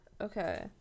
Okay